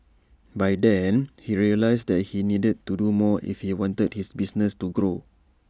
by then he realised that he needed to do more if he wanted the business to grow